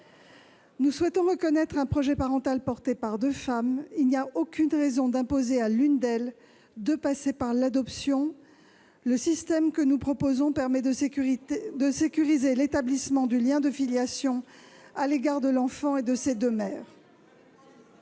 Nous souhaitons reconnaître un projet parental porté par deux femmes. Il n'y a aucune raison d'imposer à l'une d'elles de passer par l'adoption. Le système que nous proposons permet de sécuriser l'établissement du lien de filiation à l'égard de l'enfant et de ses deux mères.